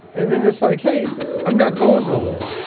and then it's like, hey i'm not going nowhere.